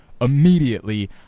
immediately